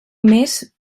més